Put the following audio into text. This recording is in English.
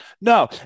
No